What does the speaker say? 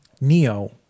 Neo